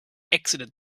exited